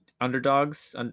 underdogs